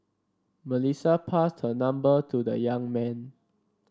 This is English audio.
Melissa passed her number to the young man